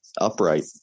upright